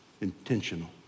intentional